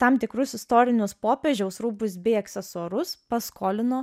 tam tikrus istorinius popiežiaus rūbus bei aksesuarus paskolino